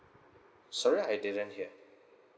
sorry I didn't hear